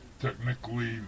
technically